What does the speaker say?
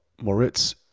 Moritz